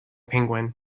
penguin